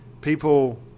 people